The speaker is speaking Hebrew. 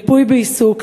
ריפוי בעיסוק,